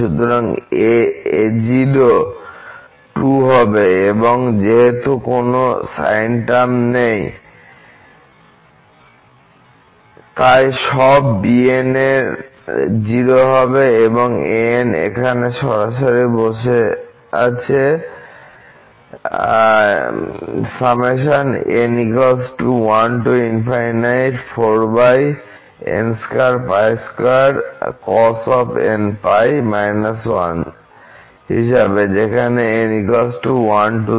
সুতরাং a0 2 হবে এবং যেহেতু কোন সাইন টার্ম নেই তাই সব bn এর 0 হবে এবং an এখানে সরাসরি বসে আছে হিসাবে যেখানে n 123